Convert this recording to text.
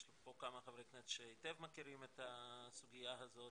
יש פה כמה חברי כנסת שהיטב מכירים את הסוגיה הזאת,